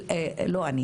לא אני